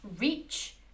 reach